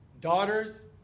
daughters